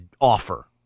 offer